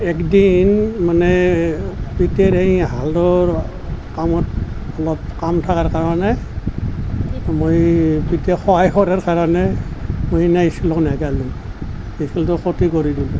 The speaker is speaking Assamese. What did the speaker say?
এক দিন মানে তেতিয়াৰ সেই হালৰ কামত অলপ কাম থকাৰ কাৰণে মই তেতিয়া সহায় কৰাৰ কাৰণে মই সেইদিনা স্কুল ন'গলোঁ স্কুলটো খতি কৰি দিলোঁ